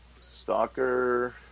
stalker